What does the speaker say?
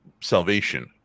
Salvation